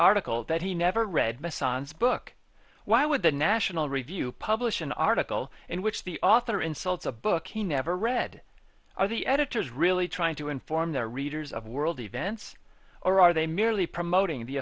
article that he never read my son's book why would the national review publish an article in which the author insults a book he never read are the editors really trying to inform their readers of world events or are they merely promoting the